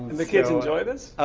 the kids enjoy this?